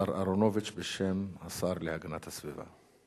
השר אהרונוביץ בשם השר להגנת הסביבה.